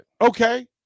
Okay